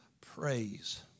Praise